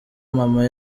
mama